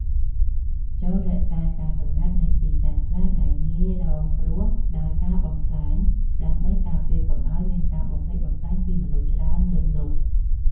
ចូររក្សាការសម្ងាត់នៃទីតាំងខ្លះដែលងាយរងគ្រោះដោយការបំផ្លាញ ដើម្បីការពារកុំឱ្យមានការបំផ្លិចបំផ្លាញពីមនុស្សច្រើនលើសលប់។